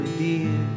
dear